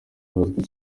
bazwi